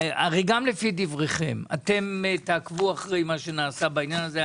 הרי גם לפי דבריכם אתם תעקבו אחרי מה שנעשה בעניין הזה.